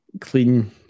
clean